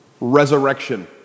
resurrection